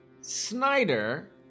Snyder